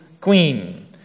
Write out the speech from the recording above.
queen